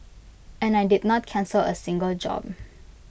and I did not cancel A single job